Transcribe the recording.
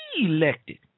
elected